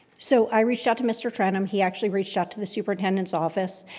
so i reached out to mr. trenum, he actually reached out to the superintendent's office,